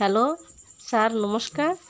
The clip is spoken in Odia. ହ୍ୟାଲୋ ସାର୍ ନମସ୍କାର